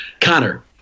Connor